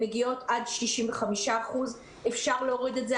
מגיעות עד 65%. אפשר להוריד את זה,